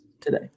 today